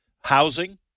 housing